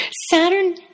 Saturn